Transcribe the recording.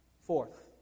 Fourth